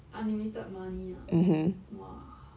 unlimited money ah !wah!